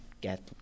get